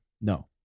no